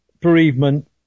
bereavement